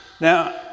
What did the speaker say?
Now